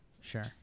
Sure